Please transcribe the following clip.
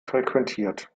frequentiert